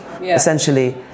essentially